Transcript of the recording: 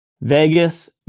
Vegas